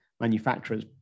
manufacturers